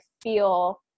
feel